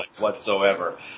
whatsoever